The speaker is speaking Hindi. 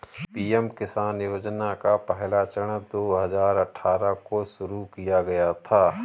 पीएम किसान योजना का पहला चरण दो हज़ार अठ्ठारह को शुरू किया गया था